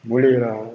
boleh lah